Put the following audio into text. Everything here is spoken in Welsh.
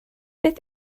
beth